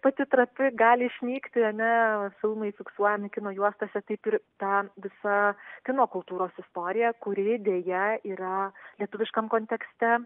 pati trapi gali išnykti ar ne filmai fiksuojami kino juostose taip ir ta visa kino kultūros istorija kuri deja yra lietuviškam kontekste